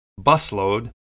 busload